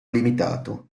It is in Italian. limitato